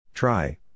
Try